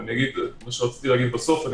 אבל